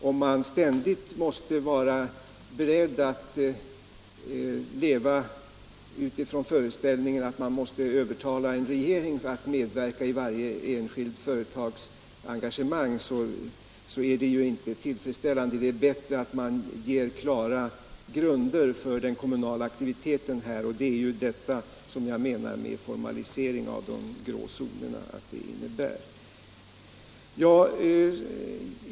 Om man ständigt måste vara beredd att leva utifrån föreställningen att man måste övertala statsmakterna att medverka i varje enskilt företags engagemang, är det inte tillfredsställande. Det är bättre att ge klara grunder för den kommunala aktiviteten, och det är detta jag menar att en formalisering av de grå zonerna innebär.